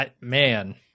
man